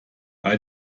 bei